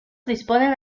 disponen